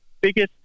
biggest